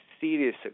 serious